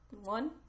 one